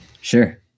sure